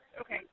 Okay